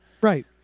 Right